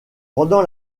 pendant